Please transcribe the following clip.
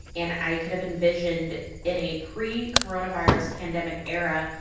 and i could have envisioned, in a pre-coronavirus pandemic era,